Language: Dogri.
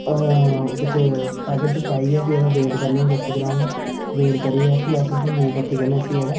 ओह्दे पैकेट च पाइयै प्ही एह्दा वेट करने आं दौ सौ ग्राम दा ते वेट करियै ते प्ही अस इसी मोमबती कन्नै जेह्ड़ा